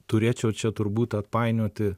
turėčiau čia turbūt atpainioti